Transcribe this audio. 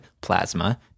plasma